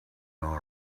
all